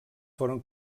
foren